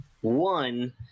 One